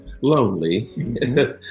lonely